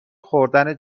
خوردن